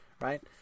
right